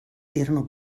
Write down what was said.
erano